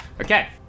Okay